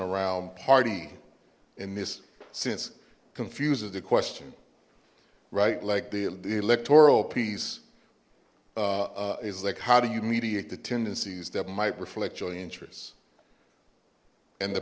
around party in this sense confuses the question right like the the electoral piece is like how do you mediate the tendencies that might reflect your interests and the